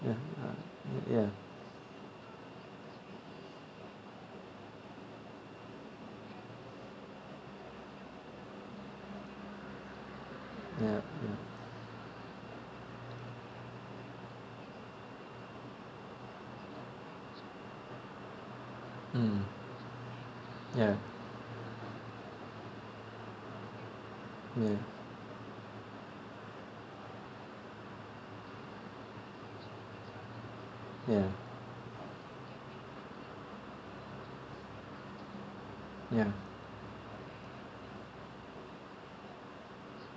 ya ya ya ya mm mm ya ya ya ya